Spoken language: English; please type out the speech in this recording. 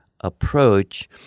approach